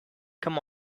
come